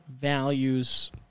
values